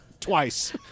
Twice